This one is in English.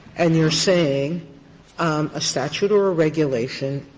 and you're saying a statute or a regulation,